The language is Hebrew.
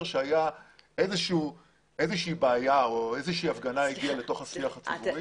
שהייתה איזושהי בעיה או איזושהי הפגנה שהגיעה לשיח הציבורי.